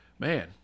Man